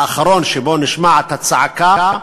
האחרון, שבו נשמעת הצעקה,